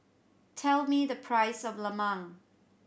tell me the price of lemang